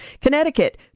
Connecticut